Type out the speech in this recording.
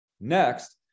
Next